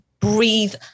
breathe